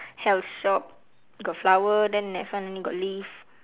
health shop got flower then the next one only got leaf